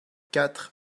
quatre